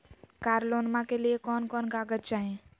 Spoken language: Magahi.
कार लोनमा के लिय कौन कौन कागज चाही?